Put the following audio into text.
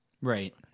Right